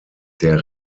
der